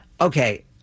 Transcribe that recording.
Okay